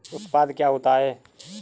उत्पाद क्या होता है?